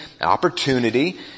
opportunity